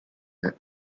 that